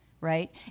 Right